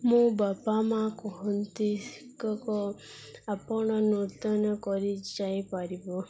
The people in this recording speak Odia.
ମୋ ବାପା ମାଆ କୁହନ୍ତି ଆପଣ ନୂତନ କରିଯାଇପାରିବ